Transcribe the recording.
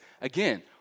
Again